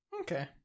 okay